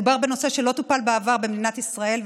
מדובר בנושא שלא טופל בעבר במדינת ישראל,